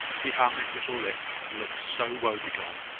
he hung his little lip, and looked so woe-begone,